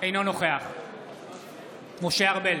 אינו נוכח משה ארבל,